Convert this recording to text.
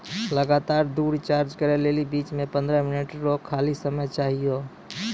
लगातार दु रिचार्ज करै लेली बीच मे पंद्रह मिनट रो खाली समय चाहियो